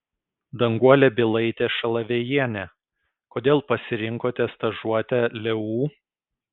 danguolė bylaitė šalavėjienė kodėl pasirinkote stažuotę leu